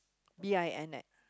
B I N eh